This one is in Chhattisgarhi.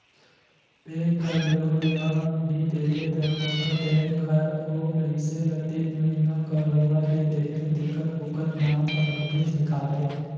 बेंक कर लोन ल नी देबे त कोनो बेंक हर ओ मइनसे ल तीन महिना कर होवत ले देखथे तेकर ओकर नांव कर नोटिस हिंकालथे